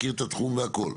שמכיר את התחום והכול.